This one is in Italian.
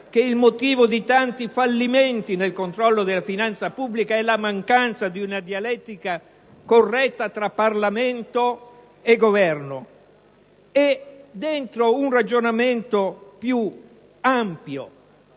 che il motivo di tanti fallimenti nel controllo della finanza pubblica è la mancanza di una dialettica corretta tra Parlamento e Governo e nell'ambito di un ragionamento più ampio